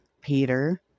Peter